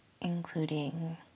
including